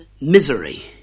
misery